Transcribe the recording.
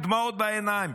עם דמעות בעיניים,